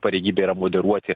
pareigybė yra moderuoti